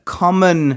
common